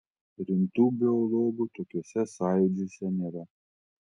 rimtų biologų tokiuose sąjūdžiuose nėra